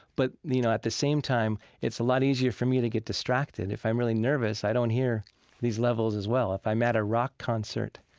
but, you know, at the same time, it's a lot easier for me to get distracted. if i'm really nervous, i don't hear these levels as well. if i'm at a rock concert,